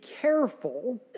careful